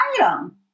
item